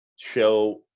show